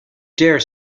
dare